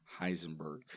Heisenberg